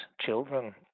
children